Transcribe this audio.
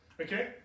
Okay